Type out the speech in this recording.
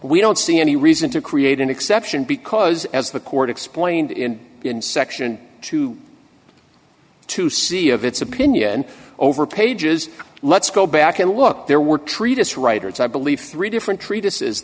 we don't see any reason to create an exception because as the court explained in in section two to see of its opinion over pages let's go back and look there were treatise writers i believe three different treat